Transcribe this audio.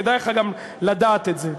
כדאי לך גם לדעת את זה,